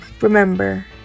Remember